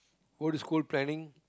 old school planning